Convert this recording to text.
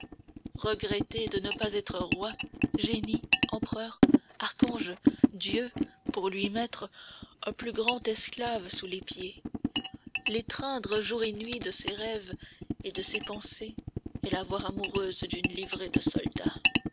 regretter de ne pas être roi génie empereur archange dieu pour lui mettre un plus grand esclave sous les pieds l'étreindre nuit et jour de ses rêves et de ses pensées et la voir amoureuse d'une livrée de soldat